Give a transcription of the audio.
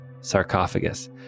sarcophagus